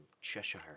Cheshire